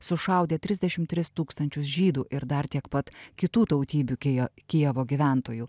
sušaudė trisdešimt tris tūkstančius žydų ir dar tiek pat kitų tautybių kije kijevo gyventojų